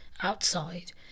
outside